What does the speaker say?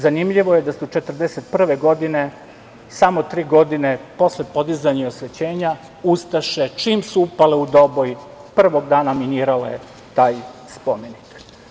Zanimljivo je da su 1941. godine, samo tri godine posle podizanja i osvećenja, ustaše čim su upale u Doboj prvog dana minirale taj spomenik.